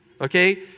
Okay